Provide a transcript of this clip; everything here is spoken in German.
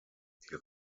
die